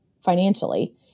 financially